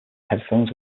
headphones